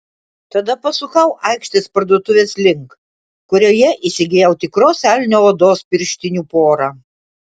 tada pasukau aikštės parduotuvės link kurioje įsigijau tikros elnio odos pirštinių porą